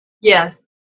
Yes